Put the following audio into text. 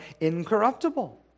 incorruptible